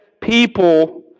people